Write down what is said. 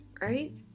right